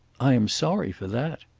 i am sorry for that.